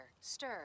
Stir